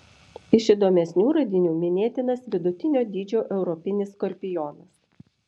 iš įdomesnių radinių minėtinas vidutinio dydžio europinis skorpionas